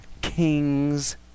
kings